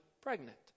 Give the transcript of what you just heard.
pregnant